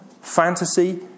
fantasy